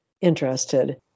interested